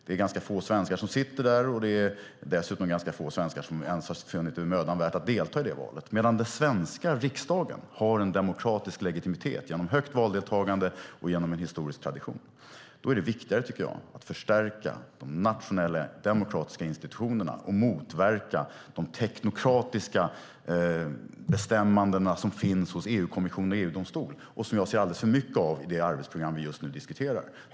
Det är ganska få svenskar som sitter där, och det är dessutom ganska få svenskar som anser att det är mödan värt att delta i valet. Men den svenska riksdagen har en demokratisk legitimitet genom ett högt valdeltagande och genom en historisk tradition. Därför tycker jag att det är viktigare att förstärka de nationella demokratiska institutionerna och motverka de teknokratiska bestämmanden som finns hos EU-kommissionen och EU-domstolen och som jag ser alldeles för mycket av i det arbetsprogram som vi just nu diskuterar.